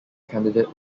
candidate